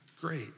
great